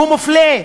שהוא מופלה,